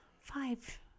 five